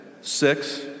Six